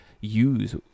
use